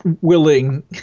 willing